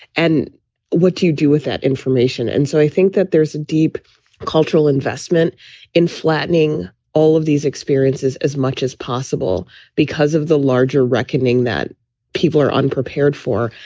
and what do you do with that information? and so i think that there's a deep cultural investment in flattening all of these experiences as much as possible because of the larger reckoning that people are unprepared for.